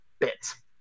bits